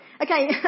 Okay